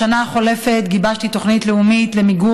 בשנה החולפת גיבשתי תוכנית לאומית למיגור